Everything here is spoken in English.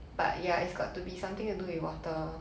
but ya it's got to be something to do with water